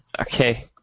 okay